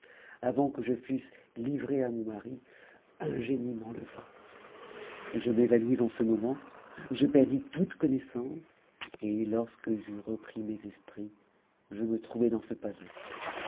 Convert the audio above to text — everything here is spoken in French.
avant que je fusse livrée à mon mari un génie m'enleva je m'évanouis en ce moment je perdis toute connaissance et lorsque j'eus repris mes esprits je me trouvai dans ce palais